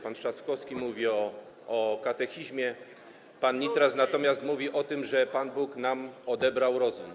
Pan Trzaskowski mówi o katechizmie, pan Nitras natomiast mówi o tym, że Pan Bóg odebrał nam rozum.